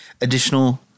additional